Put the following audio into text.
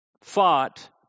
fought